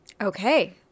Okay